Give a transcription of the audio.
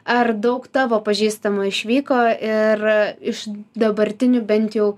ar daug tavo pažįstamų išvyko ir iš dabartinių bent jau